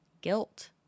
guilt